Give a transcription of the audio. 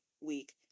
week